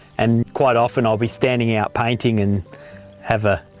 and quite often i'll be standing out painting and have a,